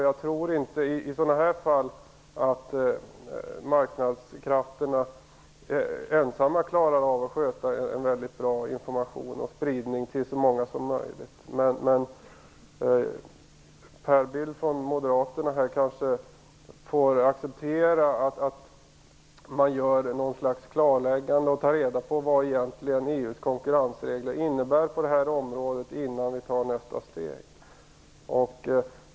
Jag tror inte att marknadskrafterna i sådana här fall ensamma klarar av att sköta en bra information och spridning till så många som möjligt. Per Bill från Moderaterna kanske får acceptera att man gör något slags klarläggande och tar reda på vad EU:s konkurrensregler egentligen innebär på det här området innan vi tar nästa steg.